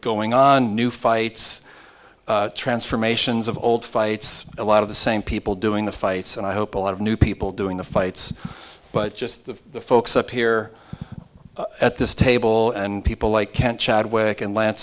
going on new fights transformations of old fights a lot of the same people doing the fights and i hope a lot of new people doing the fights but just the folks up here at this table and people like can't chadwick and lan